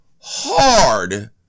hard